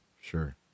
Sure